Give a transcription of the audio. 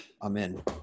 amen